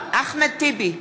אחמד טיבי,